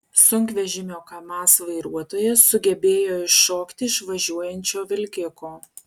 sunkvežimio kamaz vairuotojas sugebėjo iššokti iš važiuojančio vilkiko